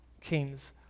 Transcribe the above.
kings